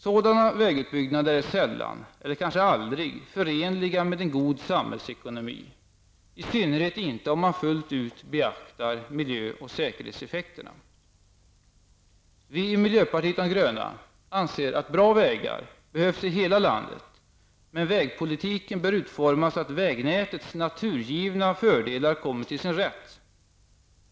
Sådana vägutbyggnader är sällan, eller kanske aldrig, förenliga med en god samhällsekonomi, i synnerhet inte om man fullt ut beaktar miljö och säkerhetseffekterna. Vi i miljöpartiet de gröna anser att bra vägar behövs i hela landet. Men vägpolitiken bör utformas så att vägnätets naturgivna fördelar kommer till sin rätt.